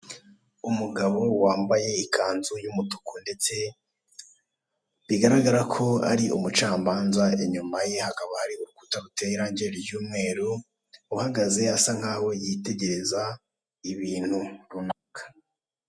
Umugabo wambaye ikanzu y'umutuku ndetse bigaragara ko ari umucamanza inyuma ye hakaba hari urukuta ruteye irange ry'umweru uhagaze asa nkaho yitegereza ibintu runaka.